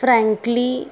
frankly